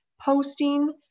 Posting